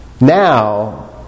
Now